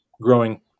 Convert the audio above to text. growing